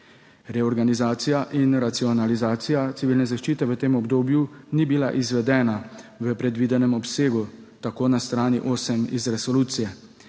Reorganizacija in racionalizacija Civilne zaščite v tem obdobju ni bila izvedena v predvidenem obsegu, tako na strani osem iz resolucije.